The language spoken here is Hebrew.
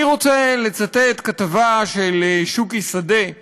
אני רוצה לצטט כתבה של שוקי שדה ב"דה-מרקר",